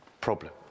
problem